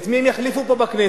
את מי הם יחליפו פה בכנסת?